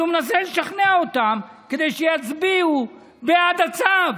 אז הוא מנסה לשכנע אותם שיצביעו בעד הצו,